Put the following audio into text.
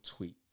tweets